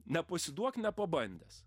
nepasiduok nepabandęs